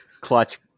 Clutch